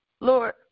Lord